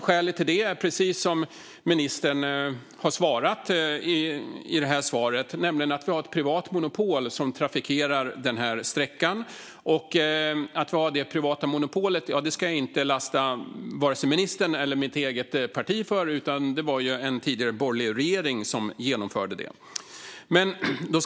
Skälet till det är, precis som ministern har svarat här, att vi har ett privat monopol som trafikerar sträckan. Att vi har det privata monopolet ska jag inte lasta vare sig ministern eller mitt eget parti för, utan det var en tidigare borgerlig regering som genomförde det. Fru talman!